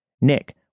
Nick